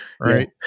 Right